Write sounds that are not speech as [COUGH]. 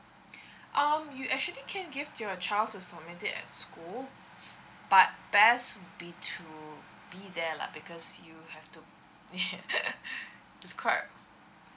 um you actually can give to your child to submit it at school but best be to be there lah because you have to [LAUGHS] it's quite